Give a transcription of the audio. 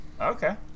Okay